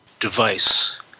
device